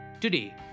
Today